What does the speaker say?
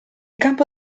campo